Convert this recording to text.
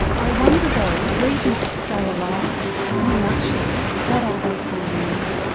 i wonder though, reasons to stay alive, in a nutshell, what are they for you now?